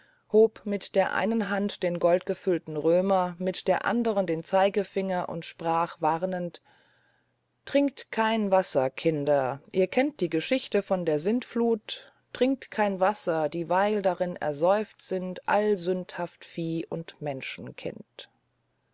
hob mit der einen hand den goldgefüllten römer mit der anderen den zeigefinger und sprach warnend trinkt kein wasser kinder ihr kennt die geschichte von der sintflut trinkt kein wasser dieweil darin ersäufet sind all sündhaft vieh und menschenkind